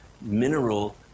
mineral